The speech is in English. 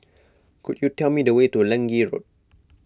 could you tell me the way to Lange Road